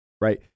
right